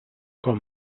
com